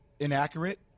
inaccurate